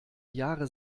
jahre